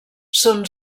són